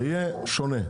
זה יהיה שונה.